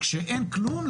כשאין כלום,